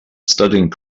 studying